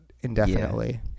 indefinitely